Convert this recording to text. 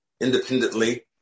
independently